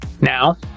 Now